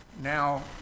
Now